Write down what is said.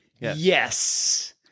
Yes